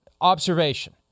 observation